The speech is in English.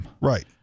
Right